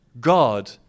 God